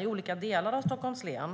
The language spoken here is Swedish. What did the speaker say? i olika delar av Stockholms län.